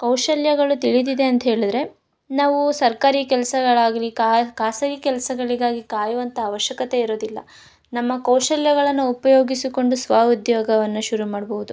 ಕೌಶಲ್ಯಗಳು ತಿಳಿದಿದೆ ಅಂತೇಳಿದ್ರೆ ನಾವು ಸರ್ಕಾರಿ ಕೆಲಸಗಳಾಗ್ಲಿ ಖಾಸಗಿ ಕೆಲಸಗಳಿಗಾಗಿ ಕಾಯುವಂಥ ಅವಶ್ಯಕತೆ ಇರೋದಿಲ್ಲ ನಮ್ಮ ಕೌಶಲ್ಯಗಳನ್ನು ಉಪಯೋಗಿಸಿಕೊಂಡು ಸ್ವ ಉದ್ಯೋಗವನ್ನು ಶುರು ಮಾಡಬಹುದು